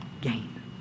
gain